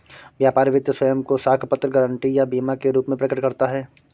व्यापार वित्त स्वयं को साख पत्र, गारंटी या बीमा के रूप में प्रकट करता है